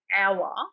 hour